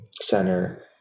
center